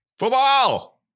Football